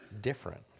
different